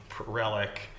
Relic